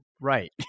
right